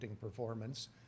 performance